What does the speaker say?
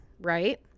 right